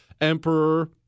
Emperor